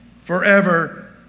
forever